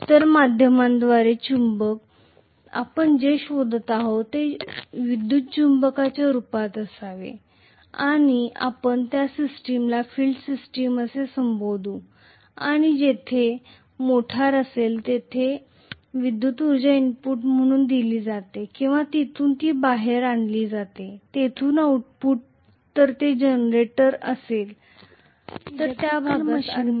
तर माध्यमांद्वारे चुंबक आपण जे शोधत आहोत ते विद्युत चुंबकाच्या रूपात असावे आणि आपण त्या सिस्टमला फील्ड सिस्टम म्हणून संबोधतो आणि जेथे मोटर असेल तर जिथे विद्युत ऊर्जा इनपुट म्हणून दिली जाते किंवा जिथून ती बाहेर आणली जाते तेथून आउटपुट जर ते जनरेटर असेल तर आपण त्या भागास आर्मेचर म्हणतो